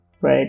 right